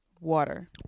Water